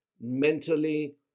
mentally